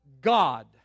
God